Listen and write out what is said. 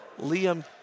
Liam